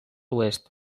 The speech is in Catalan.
oest